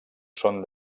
són